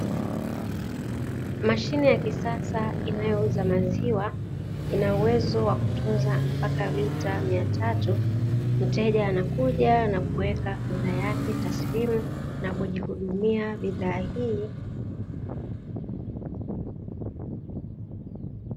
Mashine ya kisasa inayo uza maziwa, ina uwezo wa kutunza mpaka lita miatatu, mteja anakuja na kuweka fedhaa yake taslimu na kujihudumia bidhaa hii.